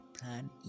plan